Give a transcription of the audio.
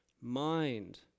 mind